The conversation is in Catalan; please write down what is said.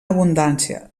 abundància